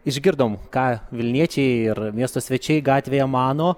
išgirdom ką vilniečiai ir miesto svečiai gatvėje mano